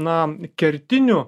na kertiniu